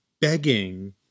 begging